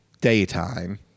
daytime